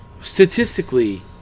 statistically